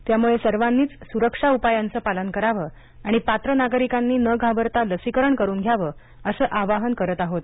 त्यामुळे सर्वांनीच सुरक्षा उपायांचं पालन करावं आणि पात्र नागरिकांनी न घाबरता लसीकरण करून घ्यावं असं आवाहन करत आहोत